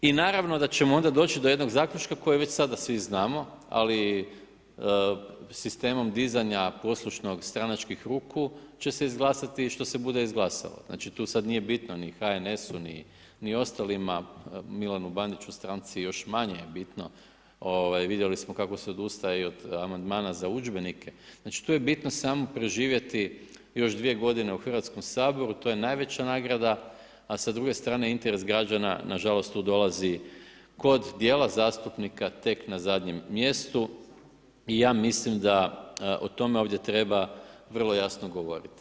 I naravno da ćemo onda doći do jednog zaključka koji već sada svi znamo, ali sistemom dizanja poslušnog stranačkih ruku će se izglasati što se bude izglasalo, znači tu sada nije bitno ni HNS-u, ni ostalima, Milanu Bandiću stanci još manje je bitno ovaj vidjeli smo kako se odustaje i od amandmana za udžbenike, znači tu je bitno još samo preživjeti još 2 godine u Hrvatskom saboru, to je najveća nagrada, a sa druge strane interes građana nažalost tu dolazi kod djela zastupnika tek na zadnjem mjestu i ja mislim da o tome ovdje treba vrlo jasno govoriti.